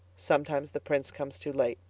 sometimes the prince comes too late,